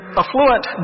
affluent